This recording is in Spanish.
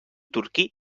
turquí